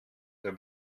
der